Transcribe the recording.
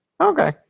Okay